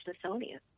Smithsonian